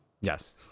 Yes